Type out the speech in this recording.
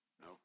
No